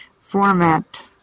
format